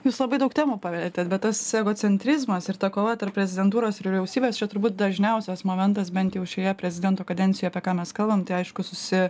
jūs labai daug temų palietėt bet tas egocentrizmas ir ta kova tarp prezidentūros ir vyriausybės čia turbūt dažniausias momentas bent jau šioje prezidento kadencijoje apie ką mes kalbam tai aišku susi